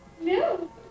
No